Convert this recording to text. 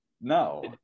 no